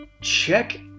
check